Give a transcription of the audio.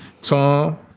Tom